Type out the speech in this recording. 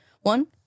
One